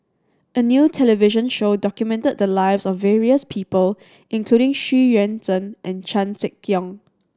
a new television show documented the lives of various people including Xu Yuan Zhen and Chan Sek Keong